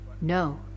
No